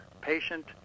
patient